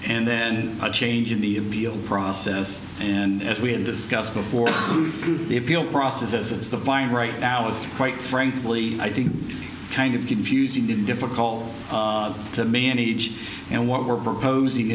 and then a change in the appeal process and if we had discussed before the appeal process as it's the fine right now is quite frankly i think kind of confusing in difficult to manage and what we're proposing